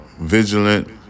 vigilant